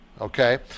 okay